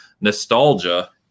nostalgia